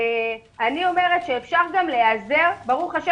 אני אומרת שאפשר גם להיעזר, ברוך ה'